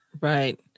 right